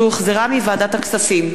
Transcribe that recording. שהוחזרה מוועדת הכספים.